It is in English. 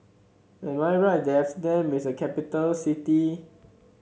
am I right that Amsterdam is a capital city